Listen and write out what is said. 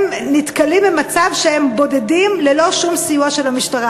ונתקלים בעצם במצב שהם בודדים ללא שום סיוע של המשטרה.